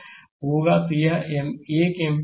तो यह 1 एम्पीयर है